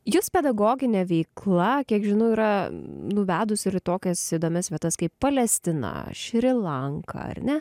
jus pedagoginė veikla kiek žinau yra nuvedusi ir į tokias įdomias vietas kaip palestina šri lanka ar ne